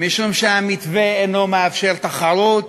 משום שהמתווה אינו מאפשר תחרות